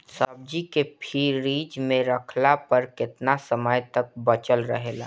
सब्जी के फिज में रखला पर केतना समय तक बचल रहेला?